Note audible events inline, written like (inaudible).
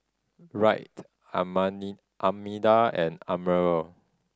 Wright (unintelligible) Armida and Admiral